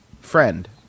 friend